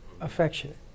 affectionate